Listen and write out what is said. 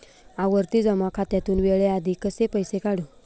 आवर्ती जमा खात्यातून वेळेआधी कसे पैसे काढू?